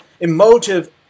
emotive